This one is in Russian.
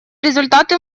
результаты